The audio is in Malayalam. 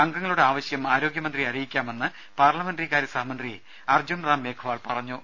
അംഗങ്ങളുടെ ആവശ്യം ആരോഗ്യ മന്ത്രിയെ അറിയിക്കാമെന്ന് പാർലമെന്ററി കാര്യ സഹമന്ത്രി അർജുൻ റാം മേഖ്വാൾ പറഞ്ഞു